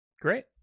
great